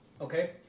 Okay